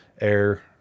air